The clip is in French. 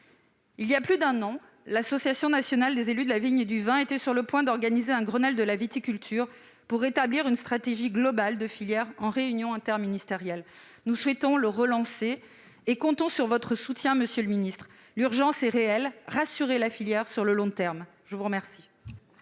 Voilà plus d'un an, l'Association nationale des élus de la vigne et du vin était sur le point d'organiser un Grenelle de la viticulture, pour établir une stratégie globale de filière en réunion interministérielle. Nous souhaitons le relancer et comptons sur votre soutien, monsieur le ministre. L'urgence est réelle ! Rassurez la filière sur le long terme. La parole